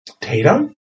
Tatum